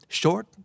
short